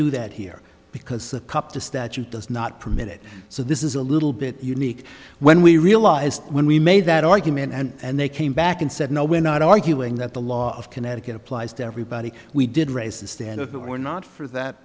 do that here because the cup the statute does not permit it so this is a little bit unique when we realized when we made that argument and they came back and said no we're not arguing that the law of connecticut applies to everybody we did raise the standard but we're not for that